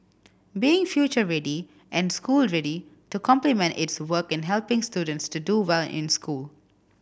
being future ready and school ready to complement its work in helping students to do well in school